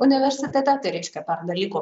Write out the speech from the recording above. universitete tai reiškia per dalyko